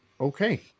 okay